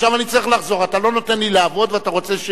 עכשיו אני צריך לחזור ואתה לא נותן לי לעבוד ואתה רוצה,